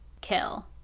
kill